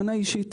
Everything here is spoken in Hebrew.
מנה אישית.